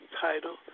title